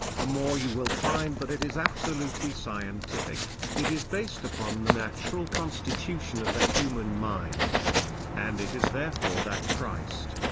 the more you will find that it is absolutely scientific it is based upon the natural constitution of the human mind and it is therefore that christ,